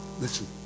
Listen